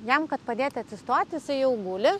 jam kad padėti atsistoti jisai jau guli